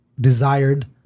desired